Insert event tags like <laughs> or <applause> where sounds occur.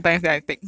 <laughs>